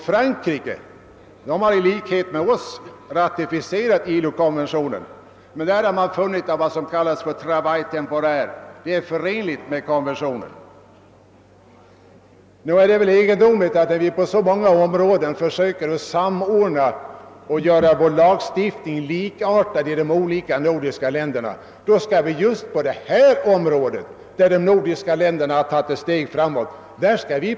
Frankrike har i likhet med oss ratificerat ILO-konventionen, och där har man funnit att vad som kallas »travail temporaire» är förenligt med konventionen. Nog är det väl egendomligt att vi, som på så många områden försöker samordna vår lagstiftning med de andra nordiska ländernas, plötsligt helt skall avvika just på detta område där de andra nordiska länderna tagit ett steg framåt.